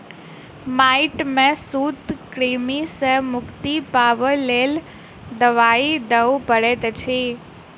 माइट में सूत्रकृमि सॅ मुक्ति पाबअ के लेल दवाई दियअ पड़ैत अछि